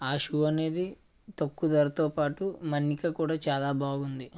ఆ షు అనేది తక్కువ ధరతో పాటు మన్నిక కూడా చాలా బాగుంది